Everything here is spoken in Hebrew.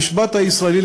המשפט הישראלי,